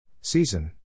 Season